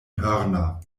hörner